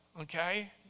Okay